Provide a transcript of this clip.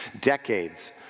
decades